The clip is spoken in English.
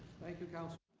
thank you, counsel.